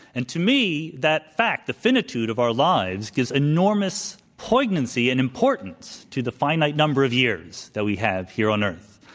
and to me, that fact the finitude of our lives gives enormous poignancy and importance to the finite number of years that we have here on earth.